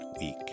week